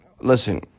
Listen